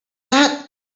that